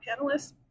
panelists